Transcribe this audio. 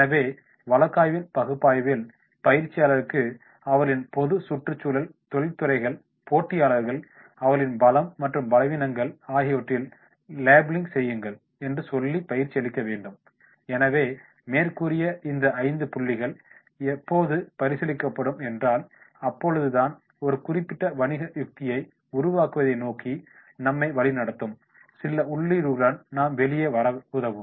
எனவே வழக்காய்வின் பகுப்பாய்வில் பயிற்சியாளர்களுக்கு அவர்களின் பொது சுற்றுச்சூழல் தொழில்துறைகள் போட்டியாளர்கள் அவர்களின் பலம் மற்றும் பலவீனங்கள் ஆகியவற்றில் லெபெல்லிங் செய்யுங்கள் என்று சொல்லி பயிற்சி அளிக்க வேண்டும் எனவே மேற்கூறிய இந்த 5 புள்ளிகள் எப்போது பரிசீலிக்கப்படும் என்றால் அப்பொழுது தான் ஒரு குறிப்பிட்ட வணிக யுக்தியை உருவாக்குவதை நோக்கி நம்மை வழிநடத்தும் சில உள்ளீடுகளுடன் நாம் வெளியே வர உதவும்